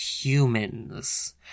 humans